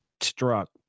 struck